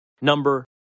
number